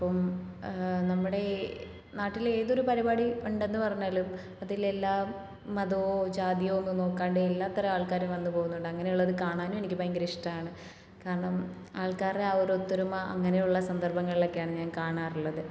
അപ്പം നമ്മുടെ ഈ നാട്ടിൽ ഏതൊരു പരിപാടി ഉണ്ടെന്ന് പറഞ്ഞാലും അതിലെല്ലാം മതമോ ജാതിയോ ഒന്നും നോക്കാണ്ട് എല്ലാ തരം ആൾക്കാരും വന്ന് പോവുന്നുണ്ട് അങ്ങനെ ഉള്ളത് കാണാനും എനിക്ക് ഭയങ്കര ഇഷ്ടമാണ് കാരണം ആൾക്കാരുടെ ആ ഒരൊത്തൊരുമ അങ്ങനെയുള്ള സന്ദർഭങ്ങളിലൊക്കെയാണ് ഞാൻ കാണാറുള്ളത്